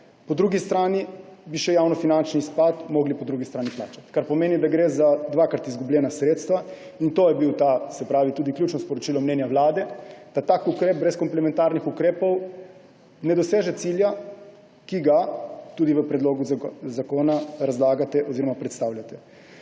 po drugi strani morali še javnofinančni izpad plačati. Kar pomeni, da gre za dvakrat izgubljena sredstva. In to je bilo ključno sporočilo mnenja Vlade – da tak ukrep brez komplementarnih ukrepov ne doseže cilja, ki ga tudi v predlogu zakona razlagate oziroma predstavljate.